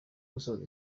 gusoza